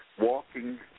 walking